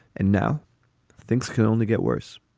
and now things can only get worse.